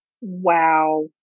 Wow